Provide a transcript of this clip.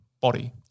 body